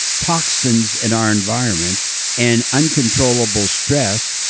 toxins in our environment and uncontrollable stress,